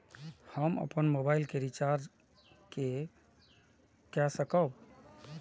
हम अपन मोबाइल के रिचार्ज के कई सकाब?